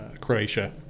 Croatia